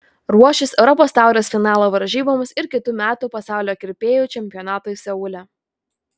ruošis europos taurės finalo varžyboms ir kitų metų pasaulio kirpėjų čempionatui seule